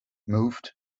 moved